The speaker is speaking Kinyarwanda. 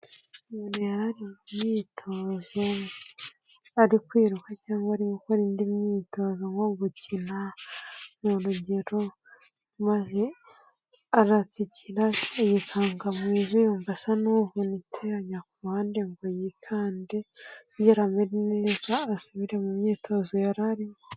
Umuntu yari ari mu myitozo ari kwiruka cyangwa ari gukora indi myitozo nko gukina, ni urugero, maze aratsikira yikanga mu ivi, yumva asa n'uvunitse ajya ku ruhande ngo yikande kugira ngo amere neza, asubire mu myitozo yara arimo.